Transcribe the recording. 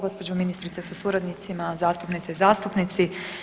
Gospođo ministrice sa suradnicima, zastupnice i zastupnici.